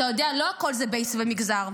אתה יודע, לא הכול זה בייס ומגזר.